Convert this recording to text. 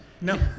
No